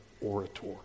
orator